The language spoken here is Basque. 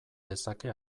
lezake